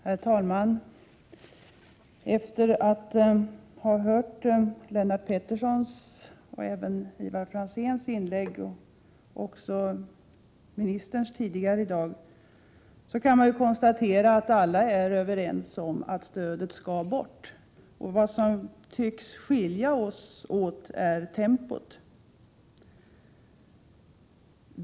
Herr talman! Efter att ha hört Lennart Petterssons och även Ivar Franzéns inlägg, liksom ministerns tidigare i dag, kan man konstatera att alla är överens om att stödet skall bort. Vad som tycks skilja oss åt är tempot.